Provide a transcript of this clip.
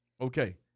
Okay